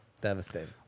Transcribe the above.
devastating